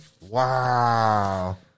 Wow